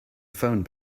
phone